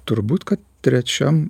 turbūt kad trečiam